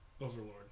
Overlord